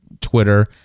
Twitter